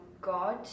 God